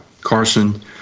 carson